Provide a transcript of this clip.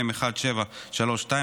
מ/1732.